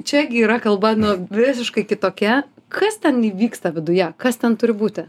čia gi yra kalba nu visiškai kitokia kas ten įvyksta viduje kas ten turi būti